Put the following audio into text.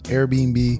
Airbnb